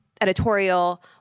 editorial